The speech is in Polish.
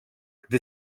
gdy